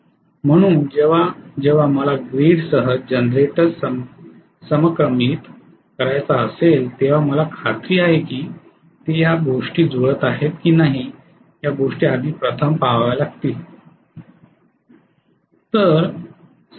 म्हणून जेव्हा जेव्हा मला ग्रीडसह जनरेटर संक्रमित करायचा असेल तेव्हा मला खात्री आहे की या गोष्टी जुळत आहेत की नाहीत या गोष्टी आधी प्रथम पहाव्या लागतील